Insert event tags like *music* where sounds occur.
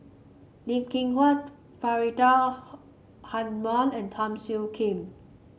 Lee Kin *unintelligible* Faridah *noise* Hanum and Teo Soon Kim